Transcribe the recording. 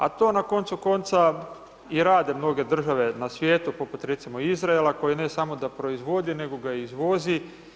A to na koncu konca i rade mnoge države u svijetu poput recimo Izraela koji ne samo da proizvodi, nego ga i izvozi.